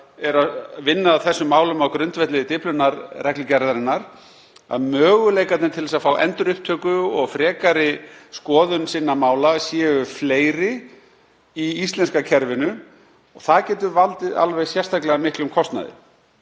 sem vinna að þessum málum á grundvelli Dyflinnarreglugerðarinnar, að möguleikarnir til að fá endurupptöku og frekari skoðun sinna mála séu fleiri í íslenska kerfinu. Það getur valdið alveg sérstaklega miklum kostnaði.